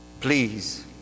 Please